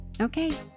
Okay